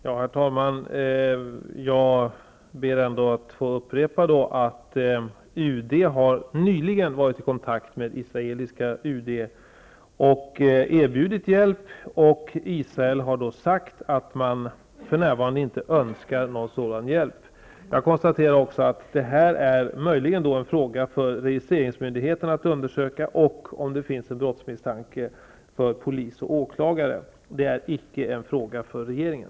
Herr talman Jag ber att få upprepa att UD nyligen har varit i kontakt med israeliska UD och erbjudit hjälp. Israel har då sagt att man för närvarande inte önskar någon sådan hjälp. Jag konstaterar också att detta möjligen är en fråga som registreringsmyndigheten har att undersöka. Om det finns en brottsmisstanke är det ett fall för polis och åklagare och icke en fråga för regeringen.